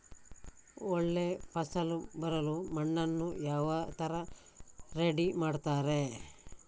ಒಳ್ಳೆ ಫಸಲು ಬರಲು ಮಣ್ಣನ್ನು ಯಾವ ತರ ರೆಡಿ ಮಾಡ್ತಾರೆ?